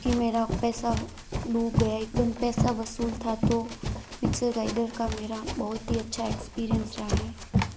कि मेरा पैसा डूब गया एक दम पैसा वसूल था तो मिक्सर गाइडर का मेरा बहुत ही अच्छा एक्सपीरियंस रहा है